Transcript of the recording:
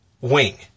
Wing